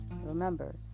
Remember